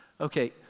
Okay